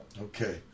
Okay